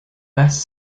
best